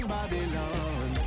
Babylon